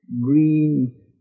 green